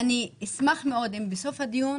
אני אשמח מאוד אם בסוף הדיון